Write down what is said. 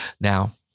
Now